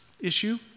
issue